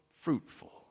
fruitful